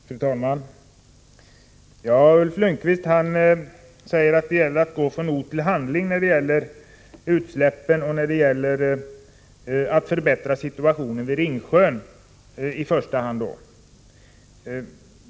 Fru talman! Ulf Lönnqvist säger att det gäller att gå från ord till handling beträffande utsläppen och för att förbättra situationen vid i första hand Ringsjön.